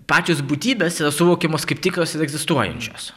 pačios būtybės yra suvokiamos kaip tikros ir egzistuojančios